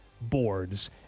boards